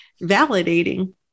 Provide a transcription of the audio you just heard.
validating